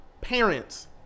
parents